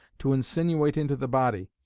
to insinuate into the body,